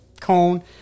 cone